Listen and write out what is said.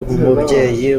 nk’umubyeyi